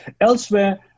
elsewhere